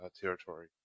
territory